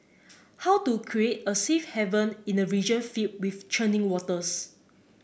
how to create a safe haven in a region filled with churning waters